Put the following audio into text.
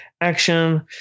action